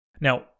Now